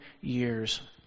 years